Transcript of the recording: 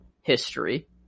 history